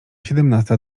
siedemnasta